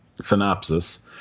synopsis